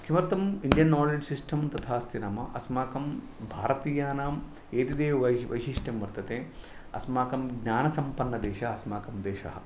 किमर्थम् Indian knowledge system तथा अस्ति नाम अस्माकं भारतीयानां एतद् एव वैश वैशिष्ट्यं वर्तते अस्माकं ज्ञानसम्पन्नदेश अस्माकं देशः